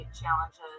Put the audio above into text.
challenges